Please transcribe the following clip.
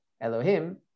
Elohim